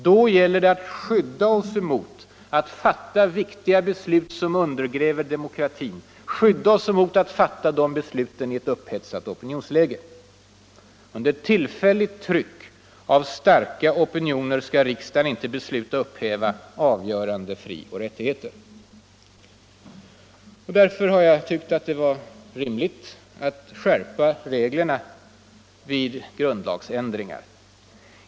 Då gäller det att skydda oss mot att fatta viktiga beslut som undergräver demokratin, skydda riksdagen mot att fatta de besluten i ett upphetsat opinionsläge. Under tillfälligt tryck av starka opinioner skall riksdagen inte besluta upphäva avgörande frioch rättigheter. Därför har jag tyckt att det var rimligt att skärpa reglerna vid grundlagsändringar.